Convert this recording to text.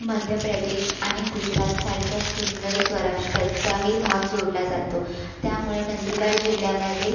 मध्य प्रदेश आणि गुजरात सारख्या सुंदर स्वराष्टाचाही भाग जोडला जातो त्यामुळे नंदुरबार जिल्ह्यामध्ये